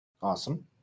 Awesome